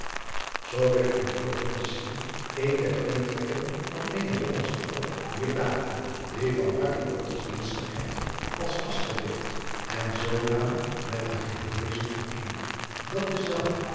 zoo werd in hillegonda's ziel een der grondtrekken van eene hollandsche vrouw dier dagen die van hartelijke godsdienstigheid als adriaan loosjes pzn het leven van hillegonda buisman vastgegrifd en zoodanig met haar geheel wezen vereenigd dat dezelve